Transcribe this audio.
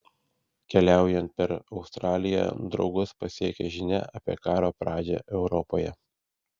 keliaujant per australiją draugus pasiekia žinia apie karo pradžią europoje